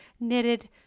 knitted